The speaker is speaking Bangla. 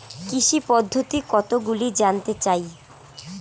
কৃষি পদ্ধতি কতগুলি জানতে চাই?